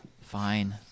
Fine